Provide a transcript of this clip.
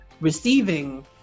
receiving